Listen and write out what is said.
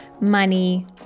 money